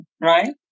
right